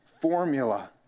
formula